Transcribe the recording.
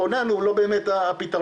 הכונן הוא לא באמת הפתרון,